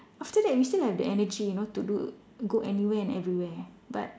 after that we still have the energy you know to do go anywhere and everywhere but